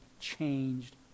changed